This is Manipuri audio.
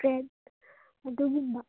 ꯏꯁꯇ꯭ꯔꯦꯠ ꯑꯗꯨꯒꯨꯝꯕ